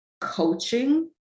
coaching